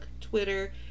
Twitter